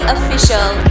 Official